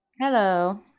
Hello